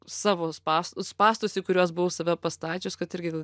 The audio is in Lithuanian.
savo spąstus spąstus į kuriuos buvau save pastačius kad irgi